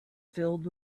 filled